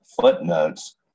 footnotes